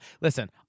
listen